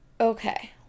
Okay